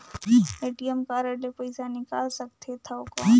ATM card ले पइसा निकाल सकथे थव कौन?